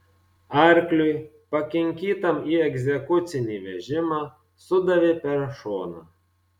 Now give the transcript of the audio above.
arkliui pakinkytam į egzekucinį vežimą sudavė per šoną